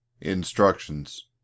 INSTRUCTIONS